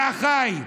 לאחיי,